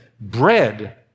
bread